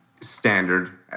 standard